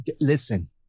listen